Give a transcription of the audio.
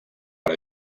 per